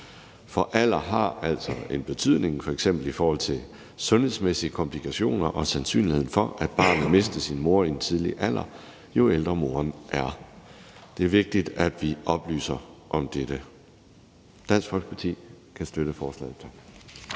moren er, har altså en betydning, f.eks. i forhold til sundhedsmæssige komplikationer og sandsynligheden for, at barnet mister sin mor i en tidlig alder. Det er vigtigt, at vi oplyser om dette. Dansk Folkeparti kan støtte forslaget.